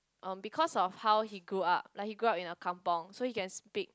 um because of how he grew up like he grew up in a kampung so he can speak